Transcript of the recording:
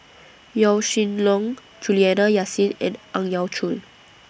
Yaw Shin Leong Juliana Yasin and Ang Yau Choon